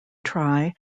try